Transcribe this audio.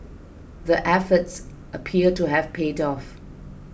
the efforts appear to have paid off